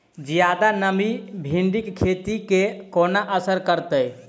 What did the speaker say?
जियादा नमी भिंडीक खेती केँ कोना असर करतै?